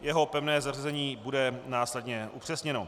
Jeho pevné zařazení bude následně upřesněno.